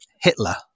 hitler